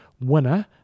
winner